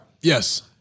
Yes